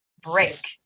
break